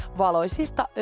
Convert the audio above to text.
valoisista